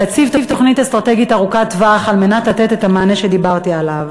להציב תוכנית אסטרטגית ארוכת טווח על מנת לתת את המענה שדיברתי עליו.